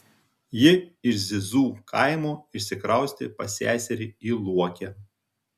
ji iš zizų kaimo išsikraustė pas seserį į luokę